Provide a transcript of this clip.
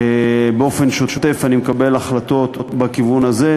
באופן שוטף אני מקבל החלטות בכיוון הזה.